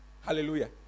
Hallelujah